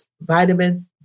vitamin